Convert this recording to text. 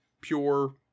pure